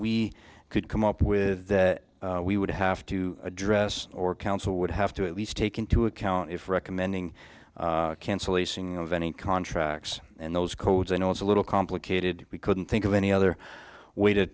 we could come up with that we would have to address or council would have to at least take into account if recommending cancel the singing of any contracts and those codes you know it's a little complicated we couldn't think of any other way to